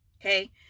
okay